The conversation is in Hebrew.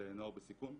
לנוער בסיכון.